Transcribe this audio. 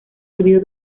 olvido